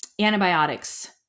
antibiotics